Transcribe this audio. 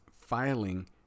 filing